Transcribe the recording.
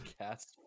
cast